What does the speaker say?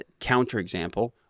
counterexample